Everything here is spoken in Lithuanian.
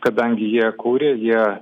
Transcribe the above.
kadangi jie kūrė jie